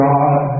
God